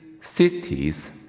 cities